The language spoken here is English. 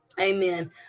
amen